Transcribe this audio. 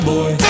Boy